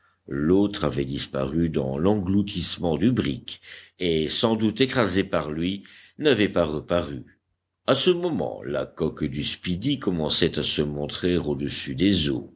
l'autre avait disparu dans l'engloutissement du brick et sans doute écrasée par lui n'avait pas reparu à ce moment la coque du speedy commençait à se montrer au-dessus des eaux